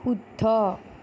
শুদ্ধ